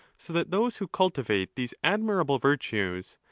so that those who cultivate these admirable virtues,